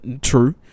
true